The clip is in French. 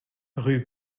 rue